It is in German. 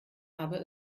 aber